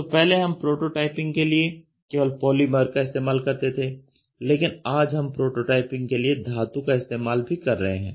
तो पहले हम प्रोटोटाइपिंग के लिएकेवल पॉलीमर का इस्तेमाल करते थे लेकिन आज हम प्रोटोटाइपिंग के लिए धातु का इस्तेमाल भी कर रहे हैं